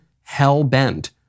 hell-bent